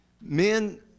men